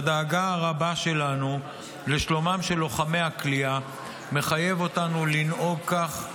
שהדאגה הרבה שלנו לשלומם של לוחמי הכליאה מחייבת אותנו לנהוג כך,